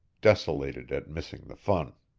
desolated at missing the fun.